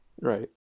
Right